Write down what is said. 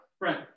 right